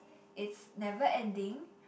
it's never ending